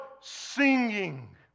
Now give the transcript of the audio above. singing